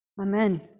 Amen